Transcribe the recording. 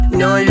no